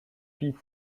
fille